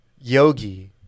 Yogi